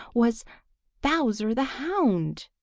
was bowser the hound.